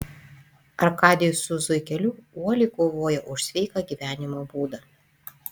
arkadijus su zuikeliu uoliai kovoja už sveiką gyvenimo būdą